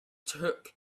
took